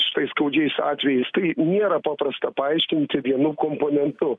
šitais skaudžiais atvejais tai nėra paprasta paaiškinti vienu komponentu